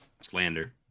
Slander